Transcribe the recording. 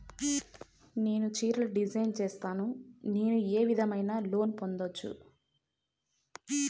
నేను చీరలు డిజైన్ సేస్తాను, నేను ఏ విధమైన లోను పొందొచ్చు